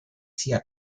sia